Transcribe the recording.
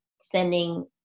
sending